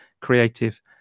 creative